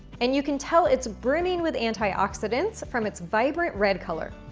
and you can tell it's brimming with antioxidants from its vibrant red color.